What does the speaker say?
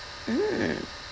mm